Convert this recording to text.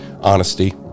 honesty